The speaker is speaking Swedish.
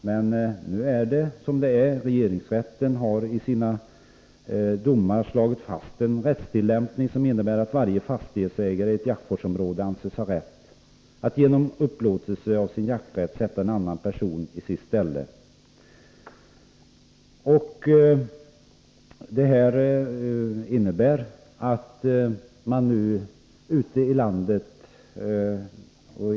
Nu är det emellertid som det är. Regeringsrätten har i sina domar slagit fast en rättstillämpning som innebär att varje fastighetsägare i ett jaktvårdsområde anses ha rätt att genom upplåtelse av sin jakträtt sätta en annan person i sitt ställe.